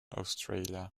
australia